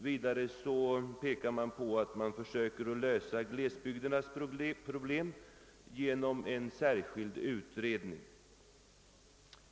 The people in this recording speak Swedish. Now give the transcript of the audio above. Vidare hänvisar utskottet till att Kungl. Maj:t försöker att lösa glesbygdernas problem genom en särskild utredning.